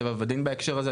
טבע ודין בהקשר הזה,